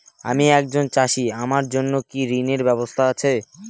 আমি একজন চাষী আমার জন্য কি ঋণের ব্যবস্থা আছে?